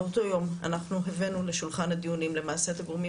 באותו יום אנחנו הבאנו לשולחן הדיונים את הגורמים